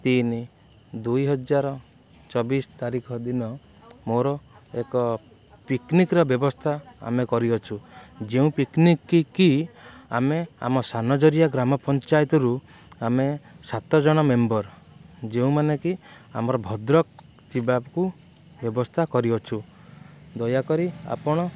ତିନି ଦୁଇ ହଜାର ଚବିଶ ତାରିଖ ଦିନ ମୋର ଏକ ପିକନିକର ବ୍ୟବସ୍ଥା ଆମେ କରିଅଛୁ ଯେଉଁ ପିକନିକକି କି ଆମେ ଆମ ସାନଜରିଆ ଗ୍ରାମପଞ୍ଚାୟତରୁ ଆମେ ସାତଜଣ ମେମ୍ବର୍ ଯେଉଁମାନେ କି ଆମର ଭଦ୍ରକ ଥିବାକୁ ବ୍ୟବସ୍ଥା କରିଅଛୁ ଦୟାକରି ଆପଣ